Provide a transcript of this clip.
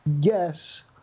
yes